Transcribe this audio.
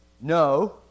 No